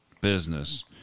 business